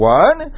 one